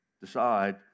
decide